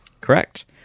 Correct